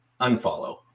unfollow